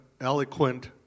eloquent